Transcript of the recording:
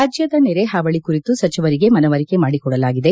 ರಾಜ್ಯದ ನೆರೆ ಹಾವಳಿ ಕುರಿತು ಸಚಿವರಿಗೆ ಮನವರಿಕೆ ಮಾಡಿಕೊಡಲಾಗಿದೆ